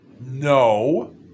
No